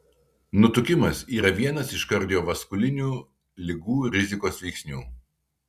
nutukimas yra vienas iš kardiovaskulinių ligų rizikos veiksnių